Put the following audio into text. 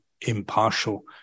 impartial